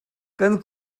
kan